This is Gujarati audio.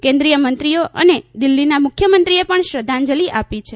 કેન્દ્રીયમંત્રીઓ અને દિલ્હીના મુખ્યમંત્રીએ પણ શ્રધ્ધાંજલિ આપી છે